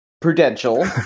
Prudential